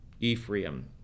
Ephraim